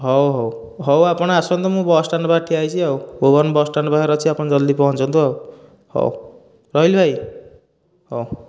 ହେଉ ହେଉ ହେଉ ଆପଣ ଆସନ୍ତୁ ମୁଁ ବସ ଷ୍ଟାଣ୍ଡ ପାଖରେ ଠିଆ ହୋଇଛି ଆଉ ଭୁବନ ବସ ଷ୍ଟାଣ୍ଡ ପାଖରେ ଅଛି ଆପଣ ଜଲଦି ପହଞ୍ଚନ୍ତୁ ହେଉ ରହିଲି ଭାଇ ହେଉ